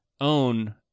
own